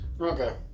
Okay